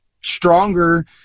stronger